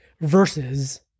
versus